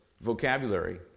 vocabulary